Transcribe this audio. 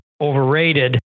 overrated